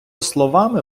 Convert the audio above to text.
словами